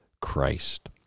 Christ